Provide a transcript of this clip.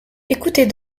ecoutez